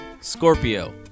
Scorpio